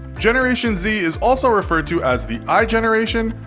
generation z is also referred to as the igeneration,